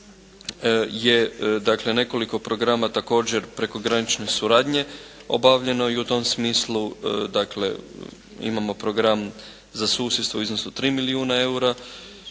nekoliko programa također prekogranične suradnje, obavljeno je i u tom smislu, dakle imamo program za susjedstvo u iznosu od 3 milijuna eura,